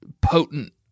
potent